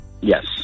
Yes